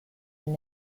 and